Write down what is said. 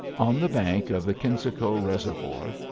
on the bank of the kensico reservoir,